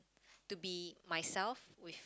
to be myself with